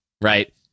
Right